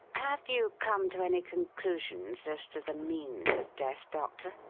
have you come to any conclusions as to the means of death, doctor?